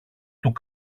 του